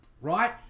right